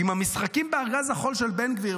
עם המשחקים בארגז החול של בן גביר.